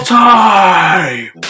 time